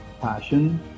passion